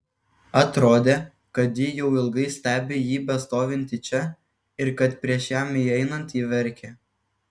atrodė kad ji jau ilgai stebi jį bestovintį čia ir kad prieš jam įeinant ji verkė